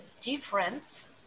difference